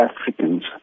Africans